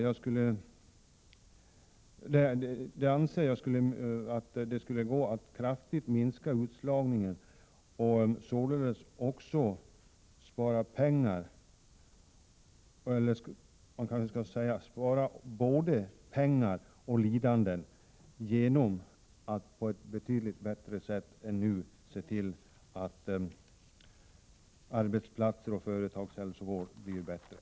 Jag anser att det skulle minska utslagningen kraftigt — och således spara både lidande och pengar — att se till att arbetsplatser och företagshälsovård blir bättre.